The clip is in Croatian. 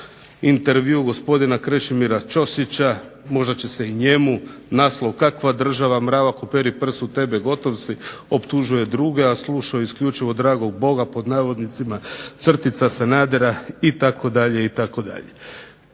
intervju gospodina Krešimira Čosića, možda će se i njemu naslov "Kakva država, Mravak uperi prst u tebe gotov si, optužuje druge a sluša isključivo dragog Boga, crtica Sanadera" itd. Što